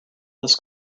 this